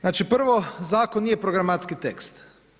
Znači prvo zakon nije programatski tekst.